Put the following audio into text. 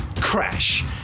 Crash